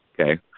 Okay